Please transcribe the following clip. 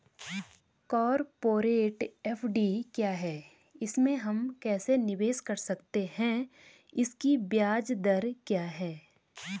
Corporate FD क्या है इसमें हम कैसे निवेश कर सकते हैं इसकी ब्याज दर क्या है?